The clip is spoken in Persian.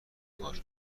کار